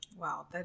Wow